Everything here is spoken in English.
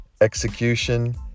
execution